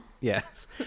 Yes